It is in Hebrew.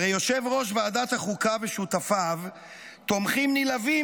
הרי יושב-ראש ועדת החוקה ושותפיו תומכים נלהבים